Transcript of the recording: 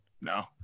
no